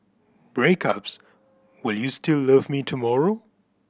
breakups will you still love me tomorrow